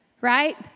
right